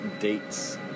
dates